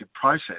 process